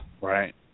Right